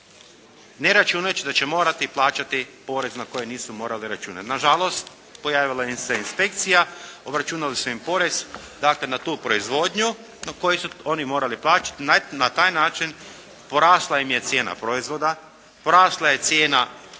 ne računajući da će morati plaćati porez na koji nisu morali računati. Nažalost, pojavila im se inspekcija, obračunali su im porez na tu proizvodnju na koju su oni morali plaćati. Na taj način porasla im je cijena proizvoda, porasla je cijena svake